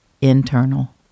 internal